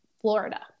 Florida